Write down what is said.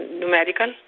numerical